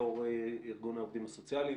יושבת ראש העובדים הסוציאליים,